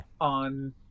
on